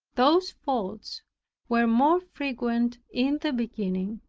those faults were more frequent in the beginning.